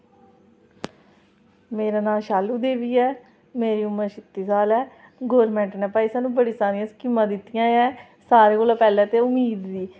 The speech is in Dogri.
मे नां शालू देवी ऐ मेरा उमर छित्ती साल ऐ गौरमैंट नां भाई साह्नू बड़ी सारी स्कीमां दित्तियां न सारें कोला पैह्लें ते उम्मीद दी